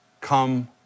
come